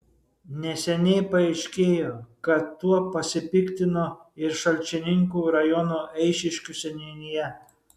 neseniai paaiškėjo kad tuo pasipiktino ir šalčininkų rajono eišiškių seniūnija